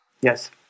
yes